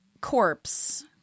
corpse